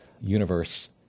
universe